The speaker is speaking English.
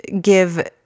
give